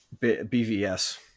BVS